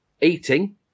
eating